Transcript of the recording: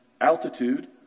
altitude